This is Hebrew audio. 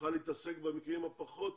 צריכה להתעסק במקרים הפחות